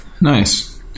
Nice